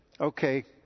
Okay